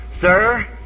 Sir